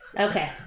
Okay